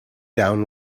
down